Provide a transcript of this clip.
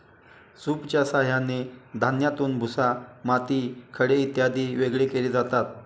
सूपच्या साहाय्याने धान्यातून भुसा, माती, खडे इत्यादी वेगळे केले जातात